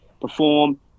perform